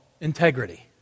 integrity